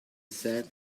said